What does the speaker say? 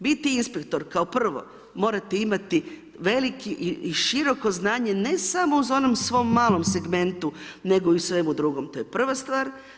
Biti inspektor kao prvo morate imati veliki i široko znanje, ne samo u onom svom malom segmentu, nego i u svemu drugom, to je prva stvar.